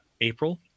April